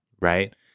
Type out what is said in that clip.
right